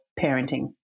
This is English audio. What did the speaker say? parenting